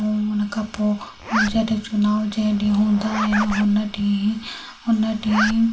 ऐं हुन खां पोइ चुनाव जॾहिं हूंदा आहिनि हुन ॾींहुं उन ॾींहुं